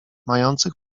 mających